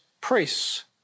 priests